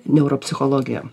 neuro psichologija